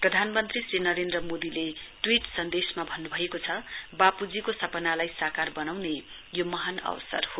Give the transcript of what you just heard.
प्रधानमन्त्री श्री नरेन्द्र मोदीले ट्वीट संन्देशमा भन्न्भएको छ बापूजीको सपनालाई साकार बनाउने यो महान अवसर हो